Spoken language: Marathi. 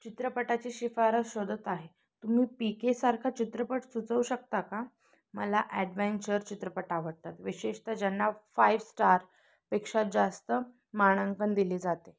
चित्रपटाची शिफारस शोधत आहे तुम्ही पी केसारखा चित्रपट सुचवू शकता का मला ॲडवेंचर चित्रपट आवडतात विशेषतः ज्यांना फायव स्टारपेक्षा जास्त मानांकन दिले जाते